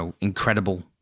incredible